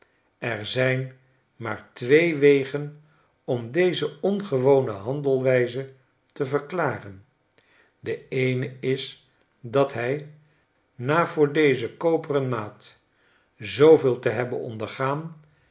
er zijn maar twee wegen om deze ongewone handelwijze te verklaren de cene is dat hij na voor deze koperen maat zooveel te hebben ondergaan